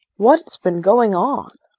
what's been going on?